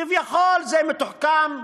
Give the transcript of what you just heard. כביכול זה מתוחכם,